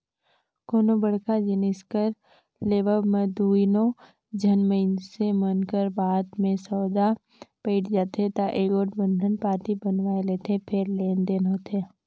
कोनो बड़का जिनिस कर लेवब म दूनो झन मइनसे मन कर बात में सउदा पइट जाथे ता एगोट बंधन पाती बनवाए लेथें फेर लेन देन होथे